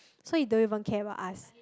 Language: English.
so he don't even care about us